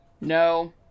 No